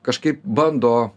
kažkaip bando